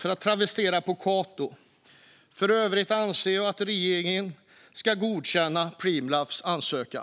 För att travestera Cato: För övrigt anser jag att regeringen ska godkänna Preemraffs ansökan.